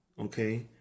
okay